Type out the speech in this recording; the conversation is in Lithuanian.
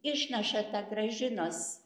išnaša ta gražinos